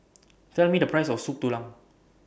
Tell Me The Price of Soup Tulang